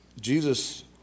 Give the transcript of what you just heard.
Jesus